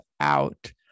out